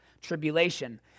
tribulation